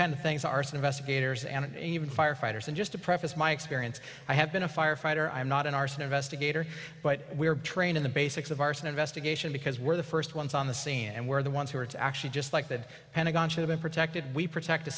kind of things arson investigators and even firefighters and just to preface my experience i have been a firefighter i'm not an arson investigator but we're trained in the basics of arson investigation because we're the first ones on the scene and we're the ones who are it's actually just like the pentagon should have been protected we protect the